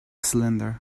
cylinder